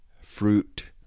fruit